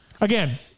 again